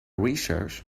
research